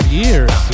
years